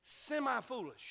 semi-foolish